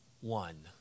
one